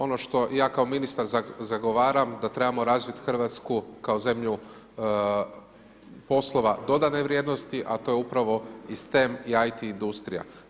Ono što ja kao ministar zagovaram da trebamo razviti Hrvatsku kao zemlju poslova dodane vrijednosti a to je upravo i STEM i IT industrija.